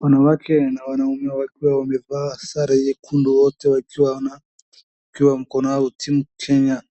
Wanawake na wanaume wakiwa wamevaa sare nyekundu wote wakiwa mkono yao team Kenya